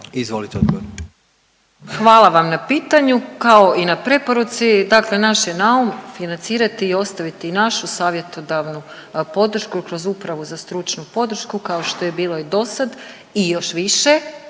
Marija (HDZ)** Hvala vam na pitanju, kao i na preporuci, dakle naš je naum financirati i ostaviti i našu savjetodavnu podršku i kroz upravu za stručnu podršku kao što je bilo i dosada i još više